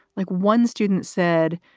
like one student said,